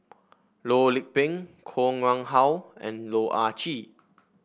Loh Lik Peng Koh Nguang How and Loh Ah Chee